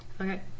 Okay